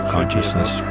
Consciousness